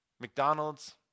McDonald's